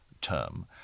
term